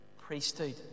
priesthood